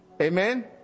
Amen